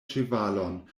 ĉevalon